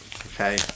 Okay